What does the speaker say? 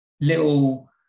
little